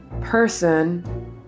person